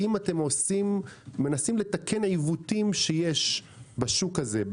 האם אתם מנסים לתקן עיוותים שיש בשוק הזה,